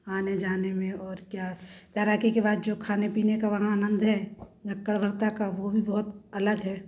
आने जाने में और क्या तैराकी के बाद जो खाने पीने का वहाँ आनंद है का वो भी बहुत अलग है